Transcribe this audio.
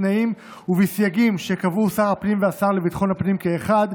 בתנאים ובסייגים שקבעו שר הפנים והשר לביטחון הפנים כאחד,